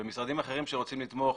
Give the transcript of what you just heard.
ומשרדים אחרים שרוצים לתמוך